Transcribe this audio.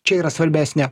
čia yra svarbesnė